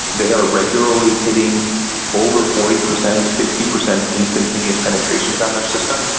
they are regularly hitting over forty percent, fifty percent instantaneous penetrations on their system,